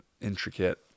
intricate